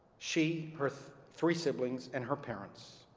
she, her three siblings, and her parents,